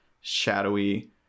shadowy